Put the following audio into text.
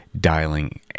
dialing